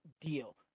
deal